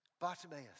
Bartimaeus